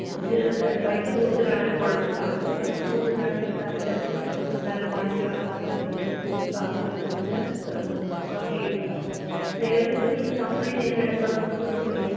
ഇത്തിരി പൈസ കൂടുതലാണേലും കുഴപ്പം ഇല്ല ആ ഇത്തിരി പൈസ കൂടുതലാണേലും സാരം ഇല്ല എന്നാലും ക്വാളിറ്റി ഉള്ള നല്ല സാധനങ്ങൾ വെച്ച് വര്ക്ക് ചെയ്ത് തരണം ഇപ്പം ഏകദേശം ഇത് കംപ്ലീറ്റ് ചെയ്യാനായിട്ട് എത്ര ദിവസം എടുക്കുവായിരിക്കും